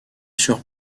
sur